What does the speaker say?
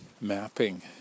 mapping